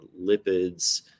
lipids